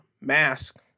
mask